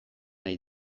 nahi